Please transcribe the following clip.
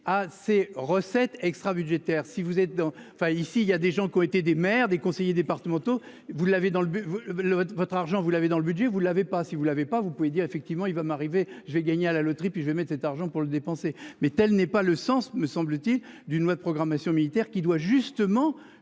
à ces recettes extra-budgétaires si vous êtes dans enfin ici il y a des gens qui ont été des maires, des conseillers départementaux. Vous l'avez dans le. Lot votre argent, vous l'avez dans le budget, vous l'avez pas si vous l'avez pas, vous pouvez dire effectivement il va m'arriver, j'ai gagné à la loterie, puis je mets cet argent pour le dépenser. Mais elle n'est pas le sens, me semble-t-il d'une loi de programmation militaire qui doit justement